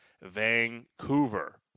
Vancouver